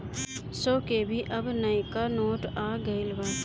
सौ के भी अब नयका नोट आ गईल बाटे